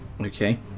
Okay